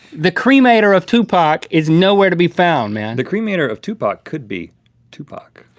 the cremator of tupac is nowhere to be found, man. the cremator of tupac could be tupac.